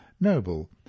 noble